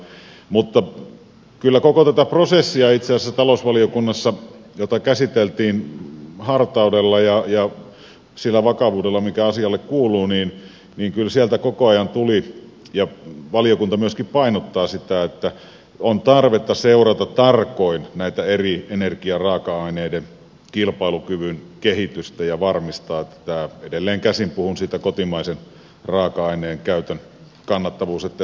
mutta kyllä itse asiassa koko tässä prosessissa talousvaliokunnassa jossa asiaa käsiteltiin hartaudella ja sillä vakavuudella mikä sille kuuluu kyllä sieltä koko ajan tuli ja valiokunta myöskin painottaa sitä että on tarvetta seurata tarkoin eri energiaraaka aineiden kilpailukyvyn kehitystä ja varmistaa edelleenkäsin puhun siitä kotimaisen raaka aineen käytön kannattavuudesta ettei se kannattavuus vain vaarannu